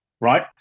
right